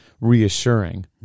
Reassuring